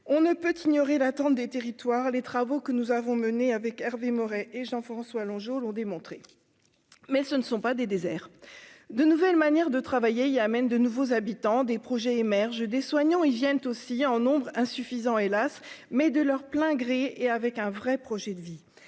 on ne peut ignorer l'attente des territoires, les travaux que nous avons menée avec Hervé Maurey et Jean-François Longeot l'ont démontré, mais ce ne sont pas des déserts de nouvelles manières de travailler, il amène de nouveaux habitants des projets émergent des soignants, ils viennent aussi en nombre insuffisant, hélas, mais de leur plein gré et avec un vrai projet de vie,